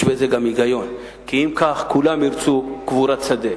יש בזה גם היגיון, אם כך, כולם ירצו קבורת שדה.